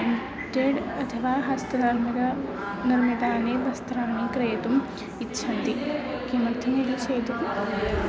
knitted अथवा हस्तनर्मितानि निर्मितानि वस्त्राणि क्रेतुम् इच्छन्ति किमर्थमिति चेत्